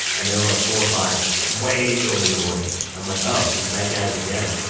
and there were like four or five way early in the morning. i'm like, oh, he's back at it again.